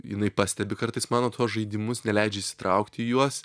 jinai pastebi kartais mano tuos žaidimus neleidžia įsitraukt į juos